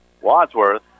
Wadsworth